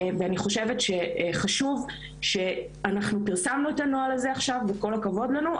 ואני חושבת שחשוב שאנחנו פרסמנו את הנוהל הזה עכשיו וכל הכבוד לנו,